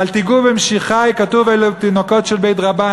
אל תיגעו במשיחי, כתוב על תינוקות של בית רבן.